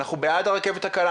אנחנו בעד הרכבת הקלה,